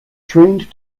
trained